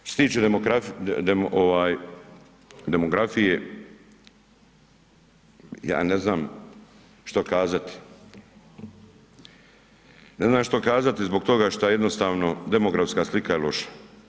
Što se tiče demografije, ja ne znam što kazati, ne znam što kazati zbog toga što jednostavno demografska slika je loša.